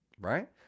right